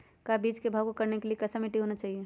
का बीज को भाव करने के लिए कैसा मिट्टी होना चाहिए?